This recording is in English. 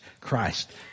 Christ